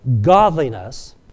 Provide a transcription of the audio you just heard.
godliness